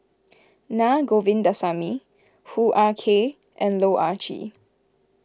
Naa Govindasamy Hoo Ah Kay and Loh Ah Chee